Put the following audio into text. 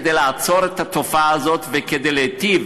כדי לעצור את התופעה הזאת וכדי להיטיב